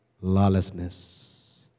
lawlessness